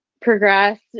progressed